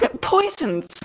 Poisons